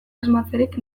asmatzerik